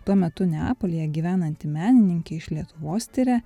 tuo metu neapolyje gyvenanti menininkė iš lietuvos tiria